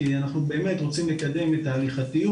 כי אנחנו באמת רוצים לקדם את ההליכתיות,